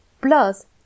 plus